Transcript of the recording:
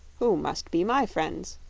who must be my friends.